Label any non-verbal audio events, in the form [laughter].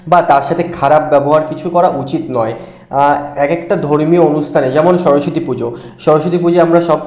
বা তার সাথে খারাপ ব্যবহার কিছু করা উচিত নয় এক একটা ধর্মীয় অনুষ্ঠানে যেমন সরস্বতী পুজো সরস্বতী পুজো আমরা সব [unintelligible]